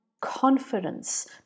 confidence